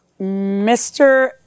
Mr